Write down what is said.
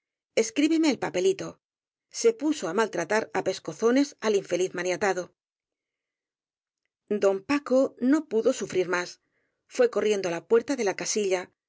escríbeme el papelito se puso á maltra tar á pescozones al infeliz maniatado don paco no pudo sufrir más fué corriendo á la puerta de la casilla